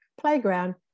playground